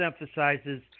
emphasizes